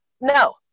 No